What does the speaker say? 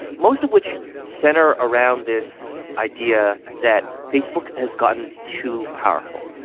most of which center around this idea that facebook has gotten too powerful.